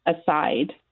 aside